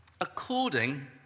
according